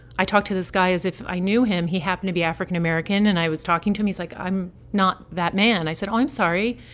i talked to this guy as if i knew him. he happened to be african-american and i was talking to him. he's like, i'm not that man. i said, oh, i'm sorry,